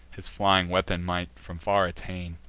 his flying weapon might from far attain.